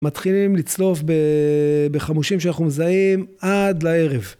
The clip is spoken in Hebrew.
מתחילים לצלוף בחמושים שאנחנו מזהים עד לערב.